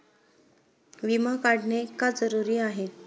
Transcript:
विमा काढणे का जरुरी आहे?